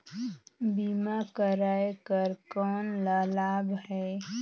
बीमा कराय कर कौन का लाभ है?